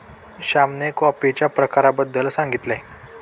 श्यामने कॉफीच्या प्रकारांबद्दल सांगितले